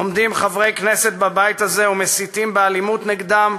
עומדים חברי כנסת בבית הזה ומסיתים באלימות נגדם,